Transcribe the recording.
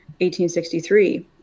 1863